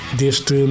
deste